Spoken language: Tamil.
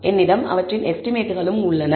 என்னிடம் அவற்றின் எஸ்டிமேட்களும் உள்ளன